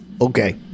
okay